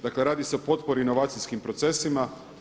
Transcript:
Dakle, radi se o potpori inovacijskim procesima.